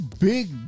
big